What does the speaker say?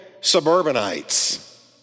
suburbanites